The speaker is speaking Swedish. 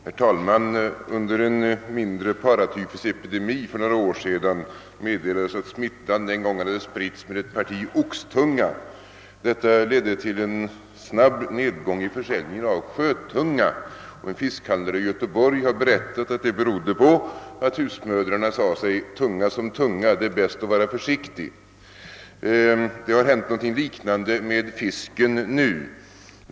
Herr talman! Under en mindre paratyfusepidemi för några år sedan meddelades att smittan hade spritts genom ett parti oxtunga. Detta ledde till en snabb nedgång i försäljningen av sjötunga, och en fiskhandlare i Göteborg har berättat att det berodde på att husmödrarna resonerade som så: Tunga som tunga — det är bäst att vara försiktig! Något liknande har hänt med fisken nu.